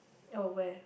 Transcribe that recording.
oh where